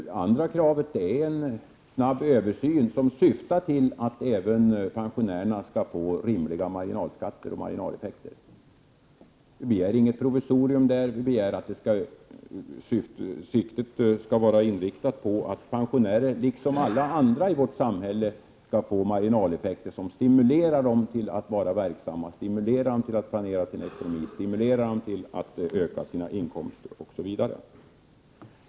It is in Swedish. Det andra kravet gäller en snabb översyn, som syftar till att även pensionärerna skall få rimliga marginalskatter och marginaleffekter. Vi begär inget provisorium där heller, utan syftet är att pensionärer liksom alla andra i samhället skall ha marginaleffekter som stimulerar dem att vara verksamma, att planera sin ekonomi, att öka sina inkomster, osv.